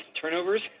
turnovers